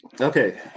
Okay